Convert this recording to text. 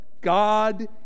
God